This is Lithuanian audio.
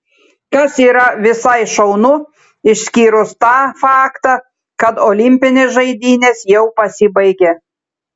kas yra visai šaunu išskyrus tą faktą kad olimpinės žaidynės jau pasibaigė